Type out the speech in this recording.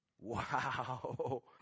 Wow